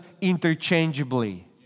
interchangeably